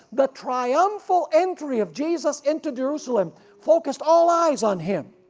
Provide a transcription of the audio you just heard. the triumphal entry of jesus into jerusalem focused all eyes on him.